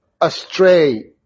astray